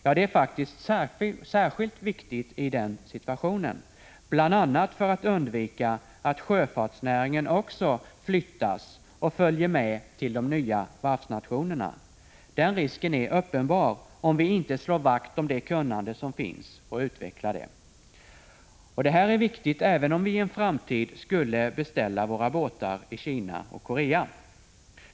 Ja, det är faktiskt särskilt viktigt i den situationen, bl.a. för att undvika att sjöfartsnäringen också flyttas och följer med till de nya varvsnationerna. Den risken är uppenbar, om vi inte slår vakt om det kunnande som finns och utvecklar det. Och det här är viktigt, även om vi i en framtid skulle beställa våra båtar i Kina eller Korea.